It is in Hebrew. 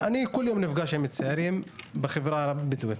אתה מטיף לדמוקרטיה, איזו בדיחה.